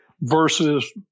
versus